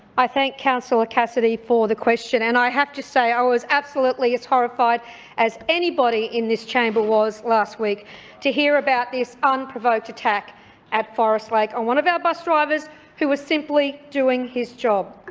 i thank councillor cassidy for the question, and i have to say i was absolutely as horrified as anybody in this chamber was last week to hear about this unprovoked attack at forest lake like on one of our bus drivers who was simply doing his job.